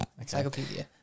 Encyclopedia